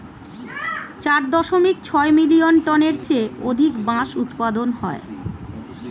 চার দশমিক ছয় মিলিয়ন টনের চেয়ে অধিক বাঁশ উৎপাদন হয়